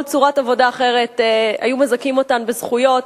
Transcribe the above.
צורת עבודה אחרת היה מזכה אותן בזכויות,